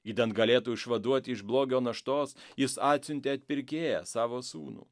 idant galėtų išvaduoti iš blogio naštos jis atsiuntė atpirkėją savo sūnų